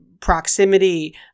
proximity